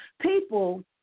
People